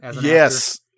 Yes